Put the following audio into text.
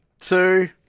two